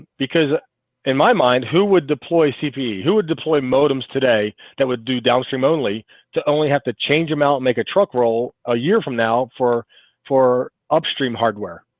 because in my mind who would deploy cpe who would deploy modems today? that would do downstream only to only have to change them out make a truck roll a year from now for for upstream hardware,